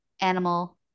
animal